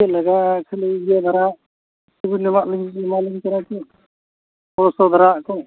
ᱤᱭᱟᱹ ᱫᱷᱟᱨᱟ ᱞᱟᱹᱵᱤᱫ ᱧᱚᱜᱼᱟ ᱵᱤᱱ ᱮᱢᱟ ᱞᱤᱧ ᱠᱟᱱᱟ ᱫᱷᱟᱨᱟᱣᱟᱜ ᱠᱚ